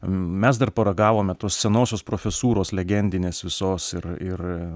mes dar paragavome tos senosios profesūros legendinės visos ir ir